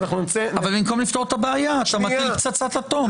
במקום לפתור את הבעיה, אתה מטיל פצצת אטום.